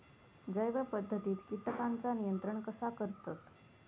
जैव पध्दतीत किटकांचा नियंत्रण कसा करतत?